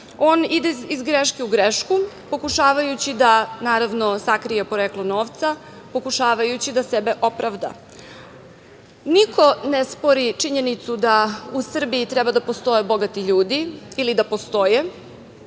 on ide iz greške u grešku, pokušavajući da sakrije poreklo novca, pokušavajući da sebe opravda. Niko ne spori činjenicu da u Srbiji treba da postoje bogati ljudi ili da postoje,